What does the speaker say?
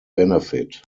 benefit